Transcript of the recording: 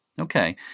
Okay